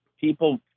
people